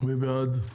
מי בעד?